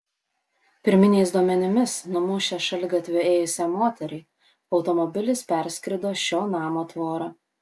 pirminiais duomenimis numušęs šaligatviu ėjusią moterį automobilis perskrido šio namo tvorą